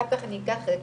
אחר כך את ההזדמנויות,